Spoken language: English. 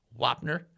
Wapner